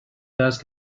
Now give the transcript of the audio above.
dust